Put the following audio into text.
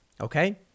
okay